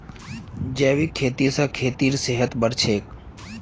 जैविक खेती स खेतेर सेहत बढ़छेक